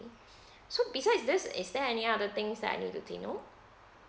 so besides this is there any other things that I need to take note